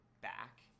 back